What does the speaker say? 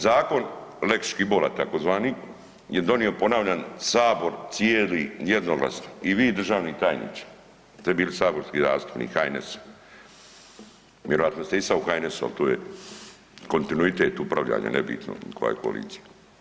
Zakon lex Škibola tzv. je donio ponavljam sabor cijeli jednoglasno i vi državni tajniče kad ste bili saborski zastupnik HNS-ov, vjerojatno ste i sad u HNS-u ali to je kontinuitet upravljanja, nebitno koja je koalicija.